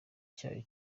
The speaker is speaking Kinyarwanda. cyayo